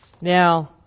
Now